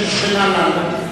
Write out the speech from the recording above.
שכנה לנו,